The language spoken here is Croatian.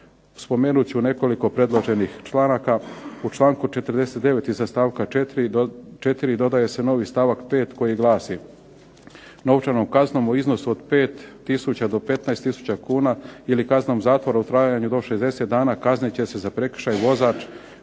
Spomenut ću nekoliko predloženih članaka. U članku 49. iza stavaka 4. dodaje se novi stavak 5. koji glasi: Novčanom kaznom u iznosu od 5000 do 15000 kuna ili kaznom zatvora u trajanju do 60 dna kaznit će se za prekršaj vozač